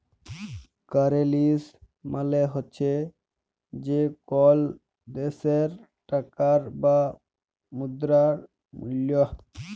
currency মালে হছে যে কল দ্যাশের টাকার বা মুদ্রার মূল্য